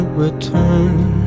return